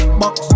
box